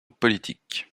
politique